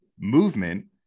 movement